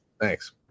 Thanks